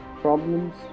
Problems